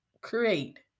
create